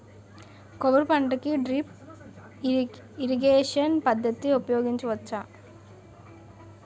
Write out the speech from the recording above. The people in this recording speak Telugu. కొబ్బరి పంట కి డ్రిప్ ఇరిగేషన్ పద్ధతి ఉపయగించవచ్చా?